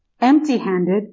empty-handed